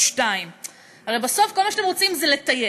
2. הרי בסוף כל מה שאתם רוצים זה לתייג,